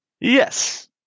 Yes